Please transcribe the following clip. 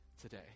today